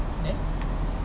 then